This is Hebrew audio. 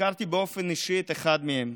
הכרתי באופן אישי את אחד מהם,